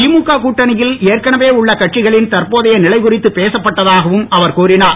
திமுக கூட்டணியில் ஏற்கனவே உள்ள கட்சிகளின் தற்போது நிலை குறித்து பேசப்பட்டதாகவும் அவர் கூறினார்